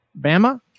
Bama